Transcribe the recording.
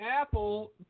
Apple